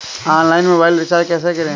Online mobile recharge कैसे करें?